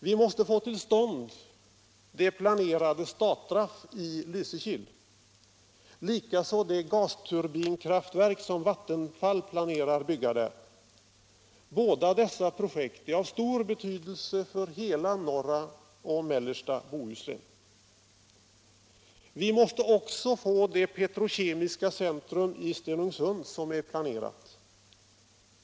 Vi måste få till stånd det planerade Statsraff i Lysekil, likaså det gasturbinkraftverk som Vattenfall planerar bygga där. Båda dessa projekt är av stor betydelse för hela norra och mellersta Bohuslän. Vi måste också få det petrokemiska centrum i Stenungsund som är planerat.